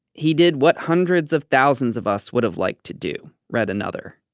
he did what hundreds of thousands of us would have liked to do, read another.